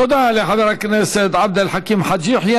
תודה לחבר הכנסת עבד אל חכים חאג' יחיא.